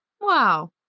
Wow